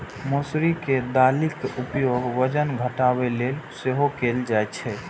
मौसरी के दालिक उपयोग वजन घटाबै लेल सेहो कैल जाइ छै